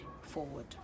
forward